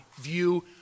view